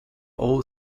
all